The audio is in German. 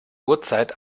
uhrzeit